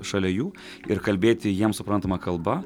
šalia jų ir kalbėti jiems suprantama kalba